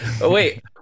Wait